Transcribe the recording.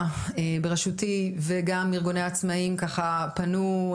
ברשותי וגם ארגוני העצמאיים ככה פנו,